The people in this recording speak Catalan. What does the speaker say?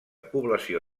població